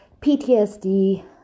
PTSD